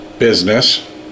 business